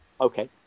okay